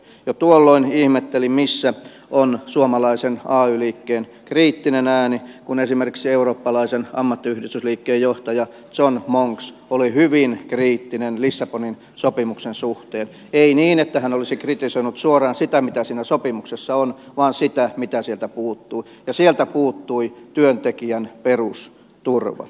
jo tuolloin ihmettelin missä on suomalaisen ay liikkeen kriittinen ääni kun esimerkiksi eurooppalaisen ammattiyhdistysliikkeen johtaja john monks oli hyvin kriittinen lissabonin sopimuksen suhteen ei hän kritisoinut suoraan sitä mitä siinä sopimuksessa on vaan sitä mitä sieltä puuttuu ja sieltä puuttui työntekijän perusturva